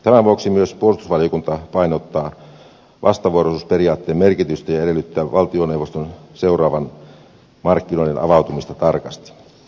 tämän vuoksi myös puolustusvaliokunta painottaa vastavuoroisuusperiaatteen merkitystä ja edellyttää valtioneuvoston seuraavan markkinoiden avautumista tarkasti